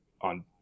on